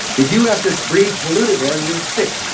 if you have to breathe polluted air, you're sick.